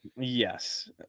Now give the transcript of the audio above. yes